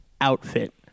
outfit